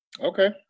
okay